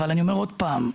אני אומר עוד פעם: